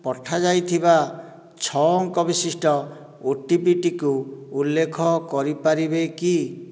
ପଠାଯାଇଥିବା ଛଅ ଅଙ୍କ ବିଶିଷ୍ଟ ଓଟିପି ଟିକୁଉଲ୍ଲେଖ କରିପାରିବେ କି